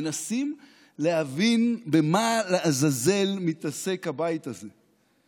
מנסים להבין במה לעזאזל מתעסק הבית הזה.